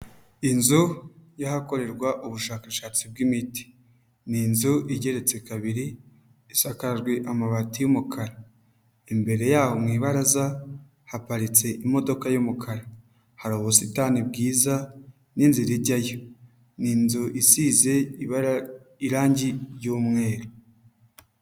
Inzu y'ahakorerwa ubushakashatsi bw'imiti. Ni inzu igeretse kabiri, isakajwe amabati y'umukara. Imbere yaho mu ibaraza haparitse imodoka y'umukara. Hari ubusitani bwiza n'inzira ijyayo. Ni inzu isize irangi ry'umweru.